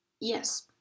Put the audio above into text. Yes